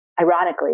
Ironically